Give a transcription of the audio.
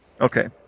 Okay